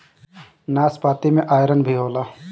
नाशपाती में आयरन भी होला